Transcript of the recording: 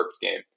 game